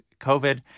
covid